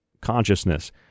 consciousness